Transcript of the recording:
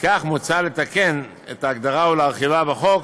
לפיכך מוצע לתקן את ההגדרה ולהרחיבה בחוק,